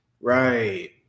Right